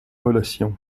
relation